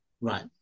right